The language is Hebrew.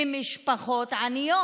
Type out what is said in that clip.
ממשפחות עניות,